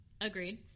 agreed